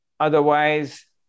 Otherwise